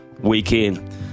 weekend